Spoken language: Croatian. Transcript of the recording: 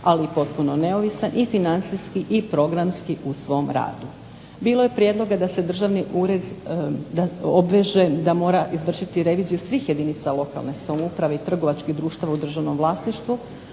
ali i potpuno neovisan i financijski i programski u svom radu. Bilo je prijedloga da se državni ured obveže da mora izvršiti reviziju svih jedinica lokalne samouprave i trgovačkih društva u državnom vlasništvu,